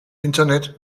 internet